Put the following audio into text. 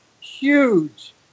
huge